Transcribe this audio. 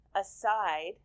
aside